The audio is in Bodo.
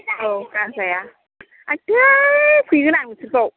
औ गारजाया इसोर फैगोन आं नोंसोरखौ